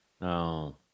No